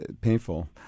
painful